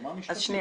אז שנייה,